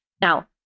Now